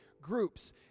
groups